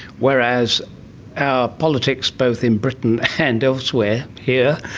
whereas our politics, both in britain and elsewhere, here,